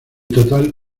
total